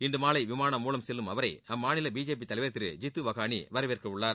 இன்று மாலை விமானம் மூலம் செல்லும் அவரை அம்மாநில பிஜேபி தலைவர் திரு ஜித்து வகாளி வரவேற்க உள்ளார்